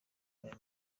aya